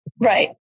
Right